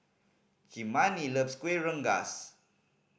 Kymani loves Kuih Rengas